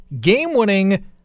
game-winning